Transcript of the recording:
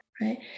right